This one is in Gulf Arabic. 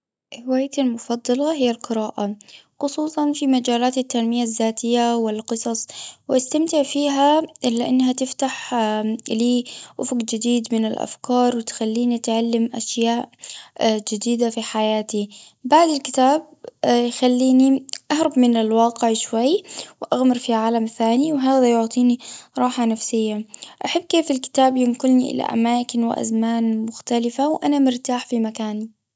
هوايتي المفضلة هي القراءة. خصوصًا في مجالات التنمية الذاتية والقصص. وأستمتع فيها، إلا إنها تفتح لي أفق جديد من الأفكار ،وتخليني أتعلم أشياء جديدة في حياتي. بعد الكتاب الكتاب يخليني أهرب من الواقع شوي، وأغمر في عالم ثاني، وهذا يعطيني راحه نفسية. أحب كيف الكتاب ينقلني إلى أماكن وأزمان مختلفة، وأنا مرتاح في مكاني.